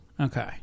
Okay